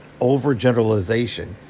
Overgeneralization